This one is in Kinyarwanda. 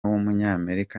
w’umunyamerika